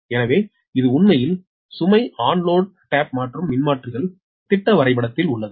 எனவே இது உண்மையில் சுமை ஆன் லோட் தட்டு மாற்றும் மின்மாற்றிகள் திட்ட வரைபடத்தில் உள்ளது